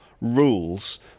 rules